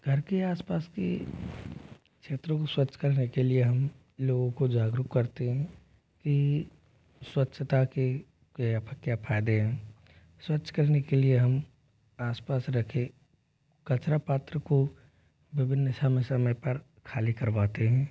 घर के आसपास के क्षेत्रों को स्वच्छ करने के लिए हम लोगों को जागरूक करते हैं कि स्वच्छता के क्या क्या फ़ायदे हैं स्वच्छ करने के लिए हम आसपास रखे कचरा पात्र को विभिन्न समय समय पर खाली करवाते हैं